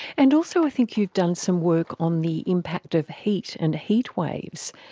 and also i think you've done some work on the impact of heat and heatwaves.